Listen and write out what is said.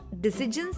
decisions